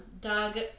Doug